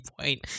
point